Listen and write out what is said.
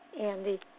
Andy